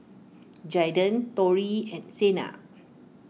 Jaiden Torrie and Sena